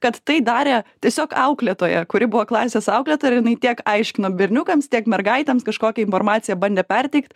kad tai darė tiesiog auklėtoja kuri buvo klasės auklėtoja ir jinai tiek aiškino berniukams tiek mergaitėms kažkokią informaciją bandė perteikt